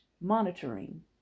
monitoring